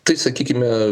tai sakykime